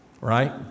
right